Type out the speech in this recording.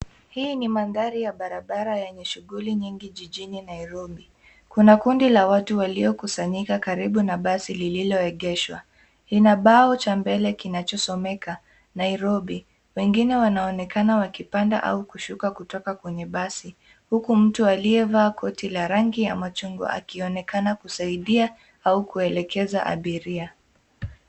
Hii ni mandhari ya barabara yenye shughuli nyingi jijini Nairobi. Kuna kundi la watu waliokusanyika karibu na basi lililoegeshwa. Lina bao cha mbele kinachosomeka, Nairobi. Wengine wanaonekana wakipanda au kushuka kutoka kwenye basi, huku mtu aliyevaa koti la rangi ya machungwa akionekana kusaidia, au kuelekeza abiria.